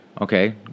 Okay